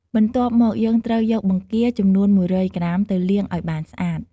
បន្ទាប់មក យើងត្រូវយកបង្គាចំនួន ១០០ក្រាមទៅលាងឱ្យបានស្អាត។